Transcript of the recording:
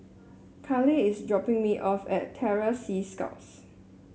Karlee is dropping me off at Terror Sea Scouts